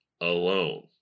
alone